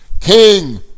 King